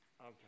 Okay